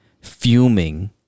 fuming